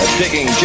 digging